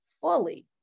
fully